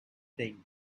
thing